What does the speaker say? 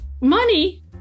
money